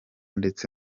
ndetse